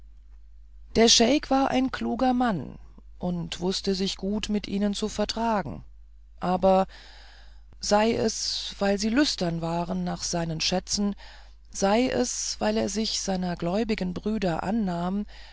der scheik war ein kluger mann und wußte sich gut mit ihnen zu vertragen aber sei es weil sie lüstern waren nach seinen schätzen sei es weil er sich seiner gläubigen brüder annahm